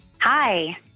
Hi